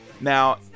Now